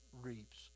reaps